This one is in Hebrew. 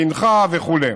והנחה וכו'.